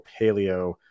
paleo